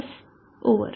બસ over